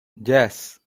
yes